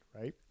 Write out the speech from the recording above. right